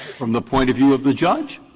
from the point of view of the judge,